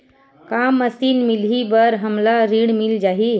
का मशीन मिलही बर हमला ऋण मिल जाही?